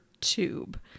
tube